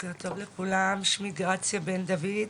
בוקר טוב לכולם, שמי גרציה בן דוד.